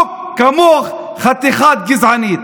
לא כמוך, חתיכת גזענית.